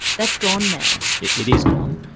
that's gone now. it it is gone,